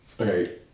Okay